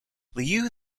liu